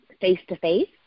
face-to-face